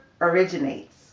originates